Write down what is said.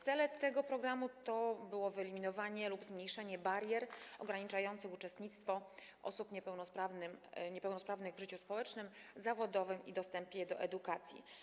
Celem tego programu było wyeliminowanie lub zmniejszenie barier ograniczających uczestnictwo osób niepełnosprawnych w życiu społecznym, zawodowym i w dostępie do edukacji.